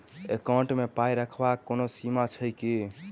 Account मे पाई रखबाक कोनो सीमा छैक की?